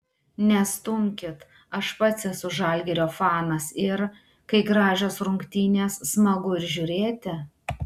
nestumkit aš pats esu žalgirio fanas ir kai gražios rungtynės smagu ir žiūrėti